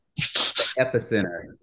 epicenter